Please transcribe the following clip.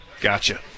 Gotcha